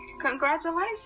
Congratulations